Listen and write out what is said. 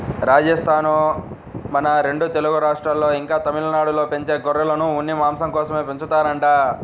రాజస్థానూ, మన రెండు తెలుగు రాష్ట్రాల్లో, ఇంకా తమిళనాడులో పెంచే గొర్రెలను ఉన్ని, మాంసం కోసమే పెంచుతారంట